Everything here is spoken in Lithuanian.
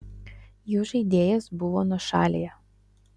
jų žaidėjas buvo nuošalėje